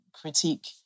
critique